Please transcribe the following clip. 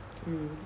mm